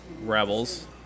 Rebels